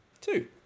Two